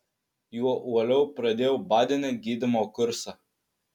juo uoliau pradėjau badene gydymo kursą